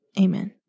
Amen